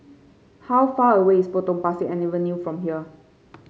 how far away is Potong Pasir Avenue from here